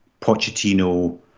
Pochettino